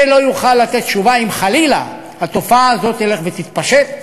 זה לא יוכל לתת תשובה אם חלילה התופעה הזאת תלך ותתפשט.